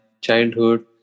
childhood